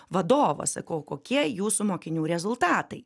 vadovą sakau kokie jūsų mokinių rezultatai